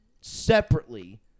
separately